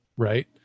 Right